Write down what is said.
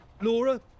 Laura